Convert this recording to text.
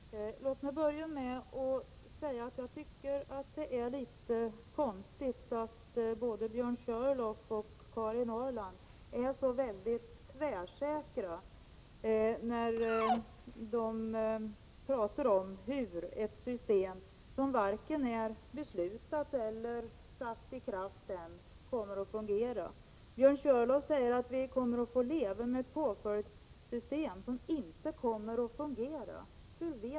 Herr talman! Låt mig börja med att säga att jag tycker att det är litet konstigt att både Björn Körlof och Karin Ahrland är så tvärsäkra när de talar Prot. 1986/87:130 om hur ett system som vi ännu inte har fattat beslut om kommer att fungera. Björn Körlof säger att vi kommer att få leva med ett påföljdssystem som inte kommer att fungera.